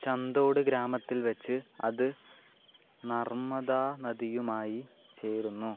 ചന്ദോഡ് ഗ്രാമത്തിൽ വച്ച് അത് നർമ്മദാ നദിയുമായി ചേരുന്നു